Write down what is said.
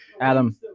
Adam